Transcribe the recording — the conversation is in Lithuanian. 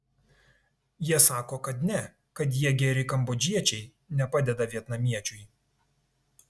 jie sako kad ne kad jie geri kambodžiečiai nepadeda vietnamiečiui